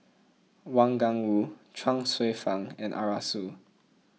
Wang Gungwu Chuang Hsueh Fang and Arasu